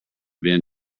been